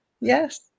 Yes